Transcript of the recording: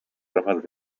ramas